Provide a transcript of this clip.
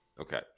Okay